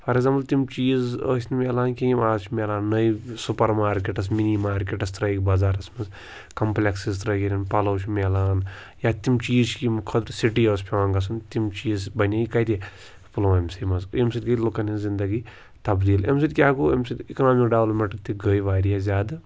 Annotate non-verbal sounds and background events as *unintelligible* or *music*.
for example تِم چیٖز ٲسۍ نہٕ ملان کیٚنٛہہ یِم آز چھِ ملان نٔے سُپَر مارکٮ۪ٹَس مِنی مارکٮ۪ٹَس ترٛٲیِکھ بازارَس منٛز کَمپٕلٮ۪کسٕز ترٛٲیِن *unintelligible* پَلَو چھِ ملان یا تِم چیٖز چھِ ییٚمۍ خٲطرٕ سِٹی ٲس پٮ۪وان گژھُن تِم چیٖز بَنے کَتہِ پُلوامہِ سٕے منٛز امۍ سۭتۍ گٔے لُکَن ہٕنٛز زِندگی تَبدیٖل امۍ سۭتۍ کیٛاہ گوٚو امۍ سۭتۍ اِکنامِک ڈٮ۪ولَپمٮ۪نٛٹ تہِ گٔے واریاہ زیادٕ